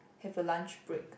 have a lunch break